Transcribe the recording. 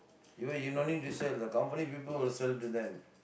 you know you no need to sell the company people will sell it to them